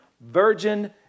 virgin